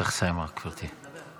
צריך לסיים, גברתי.